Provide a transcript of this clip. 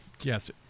Yes